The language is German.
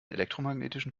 elektromagnetischen